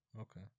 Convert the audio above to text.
okay